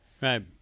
Right